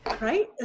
Right